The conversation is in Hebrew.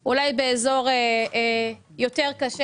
או באזור קשה",